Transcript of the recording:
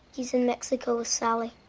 he's in mexico with sally.